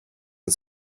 and